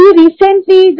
recently